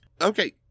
Okay